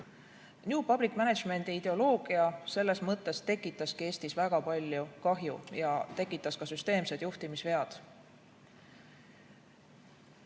public management'i ideoloogia selles mõttes tekitaski Eestis väga palju kahju ja tekitas ka süsteemsed juhtimisvead.